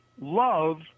love